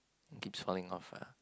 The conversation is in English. it keeps falling off ah